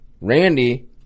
randy